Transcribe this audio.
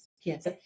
Yes